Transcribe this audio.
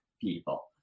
people